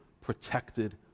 protected